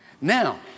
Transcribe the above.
Now